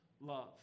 love